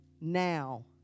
now